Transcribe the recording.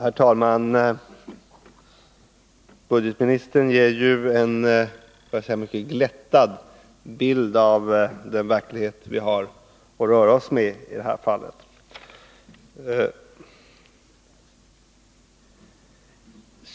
Fru talman! Budgetministern ger en mycket glättad bild av den verklighet vi har att röra oss med i det här fallet.